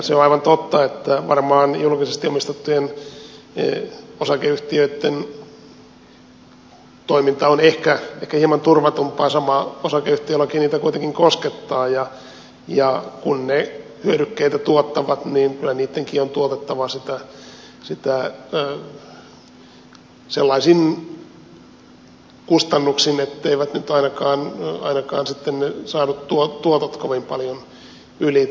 se on aivan totta että varmaan julkisesti omistettujen osakeyhtiöitten toiminta on ehkä hieman turvatumpaa mutta sama osakeyhtiölaki niitä kuitenkin koskettaa ja kun ne hyödykkeitä tuottavat niin kyllä niittenkin on tuotettava niitä sellaisin kustannuksin etteivät nyt ainakaan sitten ne saadut tuotot kovin paljon ylity